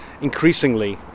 increasingly